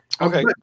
Okay